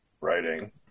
writing